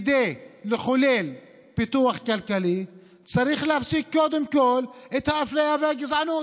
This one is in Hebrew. כדי לחולל פיתוח כלכלי צריך להפסיק קודם כול את האפליה והגזענות.